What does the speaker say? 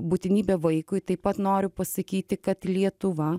būtinybė vaikui taip pat noriu pasakyti kad lietuva